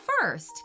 first